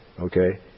okay